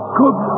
good